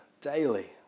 daily